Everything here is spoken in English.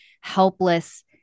helpless